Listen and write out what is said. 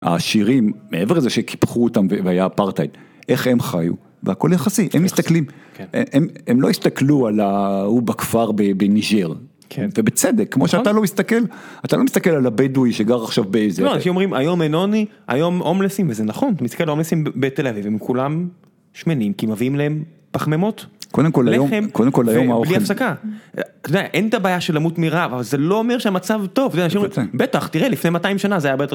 העשירים, מעבר לזה שקיפחו אותם והיה אפרטייד איך הם חיו והכל יחסי הם מסתכלים הם לא הסתכלו על ההוא בכפר בניג'ר. כן. ובצדק, כמו שאתה לא מסתכל אתה לא מסתכל על הבדואי שגר עכשיו באיזה. לא כי אומרים היום אין עוני היום הומלסים וזה נכון אתה מסתכל על הומלסים בתל אביב הם כולם. שמנים כי מביאים להם פחממות קודם, לחם, קודם כל היום אין את הבעיה של למות מי רעב אבל זה לא אומר שהמצב טוב בטח תראה לפני 200 שנה זה היה ביותר.